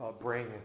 bring